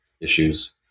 issues